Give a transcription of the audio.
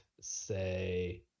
say